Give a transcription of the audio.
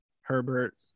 Herbert